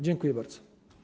Dziękuję bardzo.